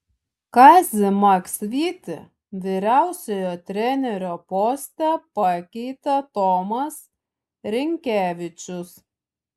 kazį maksvytį vyriausiojo trenerio poste pakeitė tomas rinkevičius